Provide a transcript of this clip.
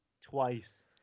twice